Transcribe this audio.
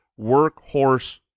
workhorse